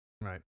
right